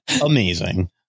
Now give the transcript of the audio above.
Amazing